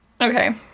Okay